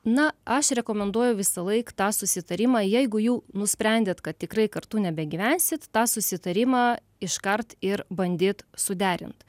na aš rekomenduoju visąlaik tą susitarimą jeigu jau nusprendėt kad tikrai kartu nebegyvensit tą susitarimą iškart ir bandyt suderint